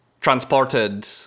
transported